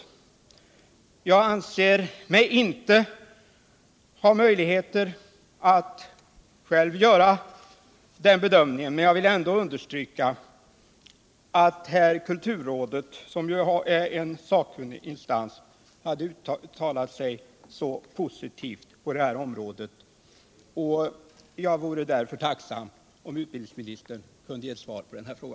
Jag anser mig inte ha möjligheter att själv göra bedömningen, men jag vill ändå understryka att kulturrådet, som är en statlig instans, hade uttalat sig så positivt i detta fall. Jag vore därför tacksam om utbildningsministern kunde ge ett svar på min fräga.